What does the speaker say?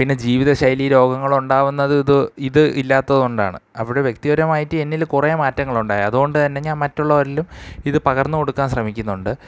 പിന്നെ ജീവിത ശൈലീ രോഗങ്ങൾ ഉണ്ടാവുന്നത് ഇത് ഇത് ഇല്ലാത്തതുകൊണ്ടാണ് അപ്പോള് വ്യക്തിപരമായിട്ട് എന്നില് കുറേ മാറ്റങ്ങളുണ്ടായി അതുകൊണ്ടുതന്നെ ഞാൻ മറ്റുള്ളവരിലും ഇത് പകർന്നു കൊടുക്കാൻ ശ്രമിക്കുന്നുണ്ട്